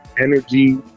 energy